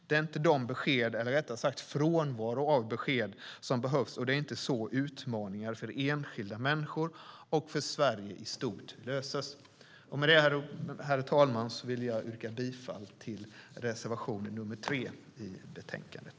Det är inte dessa besked, eller rättare sagt frånvaro av besked, som behövs. Och det är inte på det sättet som man kommer till rätta med utmaningar för enskilda människor och för Sverige i stort. Herr talman! Jag yrkar bifall till reservation 3 i betänkandet.